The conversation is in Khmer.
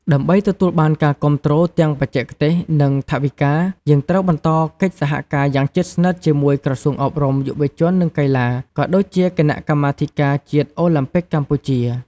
ដើម្បីទទួលបានការគាំទ្រទាំងបច្ចេកទេស និងថវិកា យើងត្រូវបន្តកិច្ចសហការយ៉ាងជិតស្និទ្ធជាមួយក្រសួងអប់រំ យុវជន និងកីឡា ក៏ដូចជាគណៈកម្មាធិការជាតិអូឡាំពិកកម្ពុជា ។